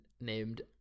named